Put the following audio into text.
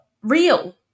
real